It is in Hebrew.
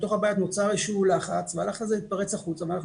בתוך הבית נוצר איזשהו לחץ והלחץ הזה התפרץ החוצה ואנחנו